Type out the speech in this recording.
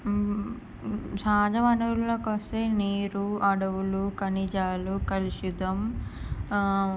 సహజ వనరులకి వస్తే నీరు అడవులు ఖనిజాలు కలుషితం